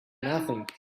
nothing